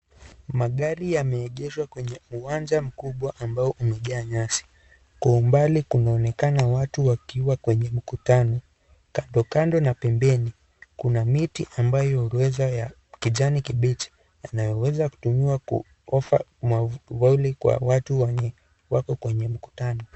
Magari yameegeshwa kwenye uwanja mkubwa ambao umejaa nyasi. Kwa umbali kunaonekana watu wakiwa kwenye mkutano. Kando kando na pembeni, kuna miti ambayo orwetha ya kijani kibichi, yanayoweza kutumiwa kwa mwavuli kwa watu wenye wako kwenye mkutano.